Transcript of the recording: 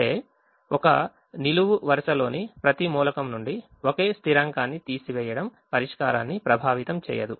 అంటే ఒక నిలువు వరుసలోని ప్రతి మూలకం నుండి ఒకే స్థిరాంకాన్ని తీసివేయడం పరిష్కారాన్ని ప్రభావితం చేయదు